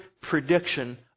prediction